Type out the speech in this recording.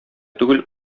түгел